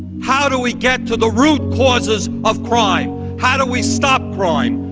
how do we get to the root causes of crime? how do we stop crime?